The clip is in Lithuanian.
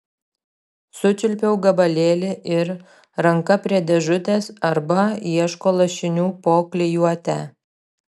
sučiulpiau gabalėlį ir ranka prie dėžutės arba ieško lašinių po klijuotę